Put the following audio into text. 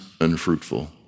unfruitful